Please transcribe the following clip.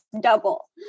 double